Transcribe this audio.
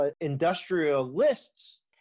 industrialists